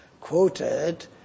quoted